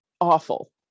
awful